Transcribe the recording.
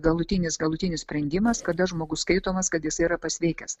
galutinis galutinis sprendimas kada žmogus skaitomas kad jis yra pasveikęs